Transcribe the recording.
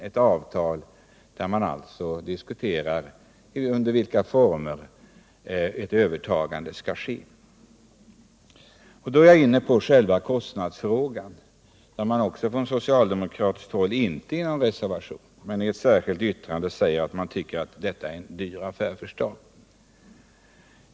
I avtalet anges under vilka former ett övertagande skall äga rum. Då är jag inne på själva kostnadsfrågan. Från socialdemokratiskt håll säger man, inte i en reservation men i ett särskilt yttrande, att detta är en dyr affär för staten.